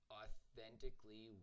authentically